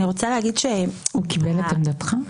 הוא קיבל את עמדתך?